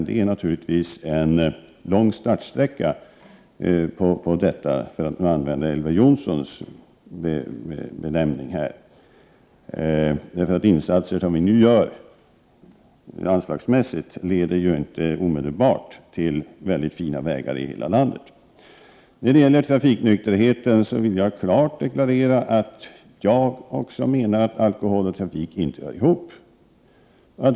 Det är naturligtvis en lång startsträcka för detta, för att använda Elver Jonssons benämning. De insatser som vi nu gör anslagsmässigt leder ju inte omedelbart till fina vägar i hela landet. När det gäller trafiknykterheten vill jag klart deklarera att även jag menar att alkohol och trafik inte hör ihop.